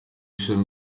ishami